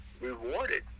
rewarded